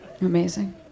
Amazing